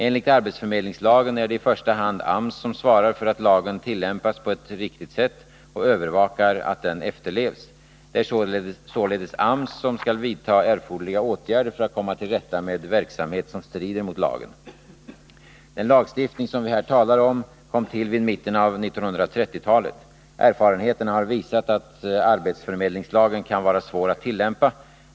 Enligt arbetsförmedlingslagen är det i första hand AMS som svarar för att lagen tillämpas på ett riktigt sätt och övervakar att den efterlevs. Det är således AMS som skall vidta erforderliga åtgärder för att komma till rätta med verksamhet som strider mot lagen. Den lagstiftning som vi här talar om kom till vid mitten av 1930-talet. Erfarenheterna har visat att arbetsförmedlingslagen kan vara svår att tillämpa.